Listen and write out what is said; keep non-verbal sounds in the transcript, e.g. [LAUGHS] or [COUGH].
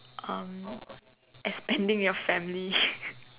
um expanding your family [LAUGHS]